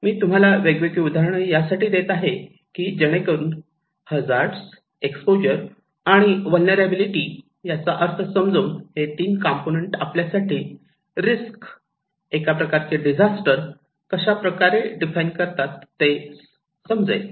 मी तुम्हाला ही वेगवेगळी उदाहरणे यासाठी देत आहे की जेणेकरून हजार्ड एक्सपोजर आणि वल्लनरेबिलिटी Hazards Exposure Vulnerability यांचा अर्थ समजून हे तीन कंपोनेंट आपल्या साठी रिस्क एका प्रकारचे डिजास्टर कशाप्रकारे डिफाइन करतात ते समजेल